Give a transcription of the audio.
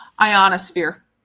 ionosphere